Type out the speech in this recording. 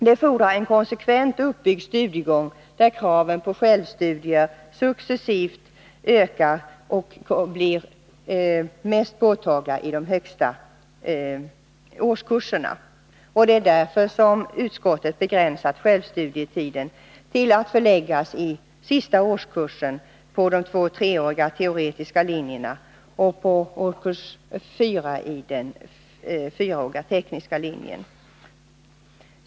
Det fordrar en konsekvent uppbyggd studiegång, där kraven på självstudier successivt ökar och blir mest påtagliga i de högsta årskurserna. Det är därför som utskottet begränsat självstudietiden till sista årskursen på de 2 och 3-åriga teoretiska linjerna samt till årskurs 4 på den 4-åriga tekniska linjen.